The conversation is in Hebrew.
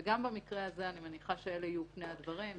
וגם במקרה הזה אני מניחה שאלה יהיו פני הדברים.